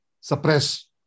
Suppress